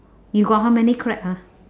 you got how many crab ah